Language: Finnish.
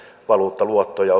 valuuttaluottoja